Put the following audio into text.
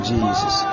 Jesus